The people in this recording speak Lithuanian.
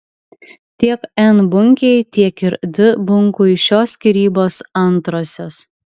tiek n bunkei tiek ir d bunkui šios skyrybos antrosios